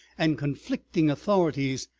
and conflicting authorities,